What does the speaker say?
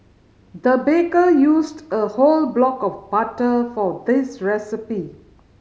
the baker used a whole block of butter for this recipe